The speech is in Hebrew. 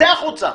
צא החוצה.